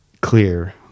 clear